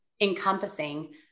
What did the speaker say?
encompassing